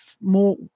more